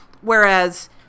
whereas